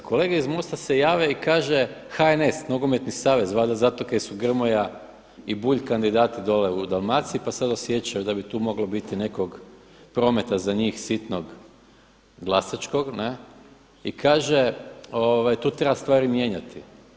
Kolega iz MOST-a se jave i kaže HNS Nogometni savez valjda zato kaj su Grmoja i Bulj kandidati dolje u Dalmaciji pa sada osjećaju da bi tu moglo biti nekog prometa za njih sitnog glasačkog ne, i kaže tu treba stvari mijenjati.